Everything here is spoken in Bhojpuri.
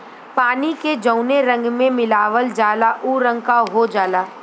पानी के जौने रंग में मिलावल जाला उ रंग क हो जाला